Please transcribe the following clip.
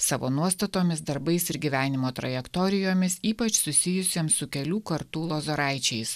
savo nuostatomis darbais ir gyvenimo trajektorijomis ypač susijusiem su kelių kartų lozoraičiais